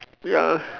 ya